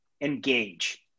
engage